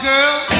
girl